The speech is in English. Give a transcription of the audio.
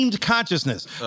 Consciousness